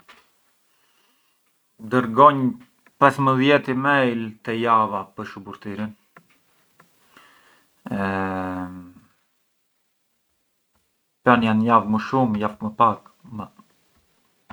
Dërgonj pes e më dhjetë email te java për shuburtirën e pran javë më shumë, javë më pak…